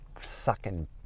sucking